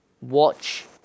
watch